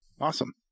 Awesome